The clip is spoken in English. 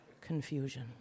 confusion